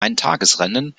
eintagesrennen